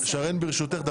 להוסיף.